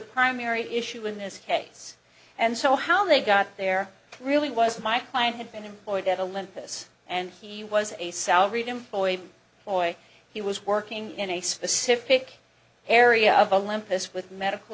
primary issue in this case and so how they got there really was my client had been employed at olympus and he was a salaried employee boy he was working in a specific area of olympus with medical